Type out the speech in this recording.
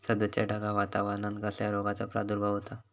सध्याच्या ढगाळ वातावरणान कसल्या रोगाचो प्रादुर्भाव होता?